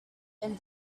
and